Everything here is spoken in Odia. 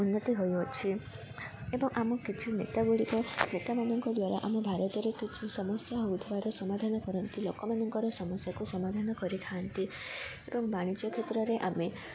ଉନ୍ନତି ହୋଇଅଛି ଏବଂ ଆମ କିଛି ନେତା ଗୁଡ଼ିକ ନେତା ମାନଙ୍କ ଦ୍ୱାରା ଆମ ଭାରତରେ କିଛି ସମସ୍ୟା ହଉଥିବାର ସମାଧାନ କରନ୍ତି ଲୋକମାନଙ୍କର ସମସ୍ୟାକୁ ସମାଧାନ କରିଥାନ୍ତି ଏବଂ ବାଣିଜ୍ୟ କ୍ଷେତ୍ରରେ ଆମେ